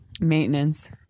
maintenance